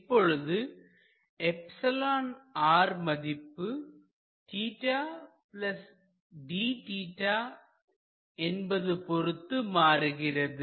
இப்பொழுது மதிப்பு என்பது பொறுத்து மாறுகிறது